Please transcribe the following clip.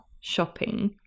shopping